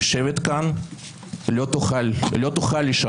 אני מצטרפת לקריאות חבריי וקוראת לך: